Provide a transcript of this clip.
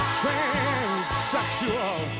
transsexual